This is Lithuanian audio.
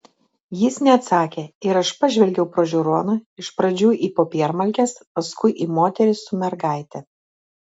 jis neatsakė ir aš pažvelgiau pro žiūroną iš pradžių į popiermalkes paskui į moterį su mergaite